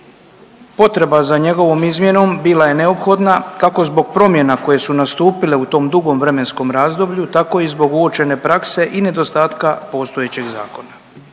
potreba za njegovom izmjenom bila je neophodna kako zbog promjena koje su nastupile u tom dugom vremenskom razdoblju tako i zbog uočene prakse i nedostatka postojećeg zakona.